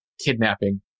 kidnapping